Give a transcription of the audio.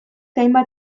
hainbat